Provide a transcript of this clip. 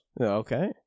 Okay